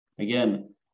Again